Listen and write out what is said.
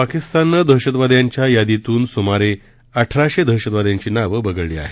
पाकिस्ताननं दहशतवाद्यांच्या यादीतून सुमारे अठराशे दहशतवाद्यांची नावं वगळली आहेत